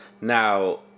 Now